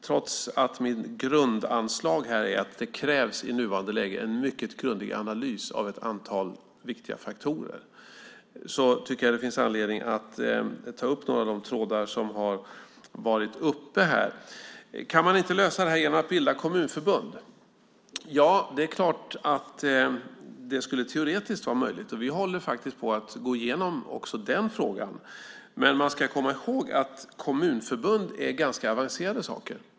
Trots att mitt grundanslag här är att det i nuvarande läge krävs en mycket grundlig analys av ett antal viktiga faktorer tycker jag att det finns anledning att ta upp några av de trådar som har varit uppe här. Kan man inte lösa det här genom att bilda kommunförbund? Det är klart att det teoretiskt skulle vara möjligt. Vi håller faktiskt på att gå igenom också den frågan. Men man ska komma ihåg att kommunförbund är ganska avancerade saker.